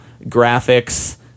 graphics